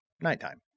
nighttime